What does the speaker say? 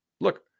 look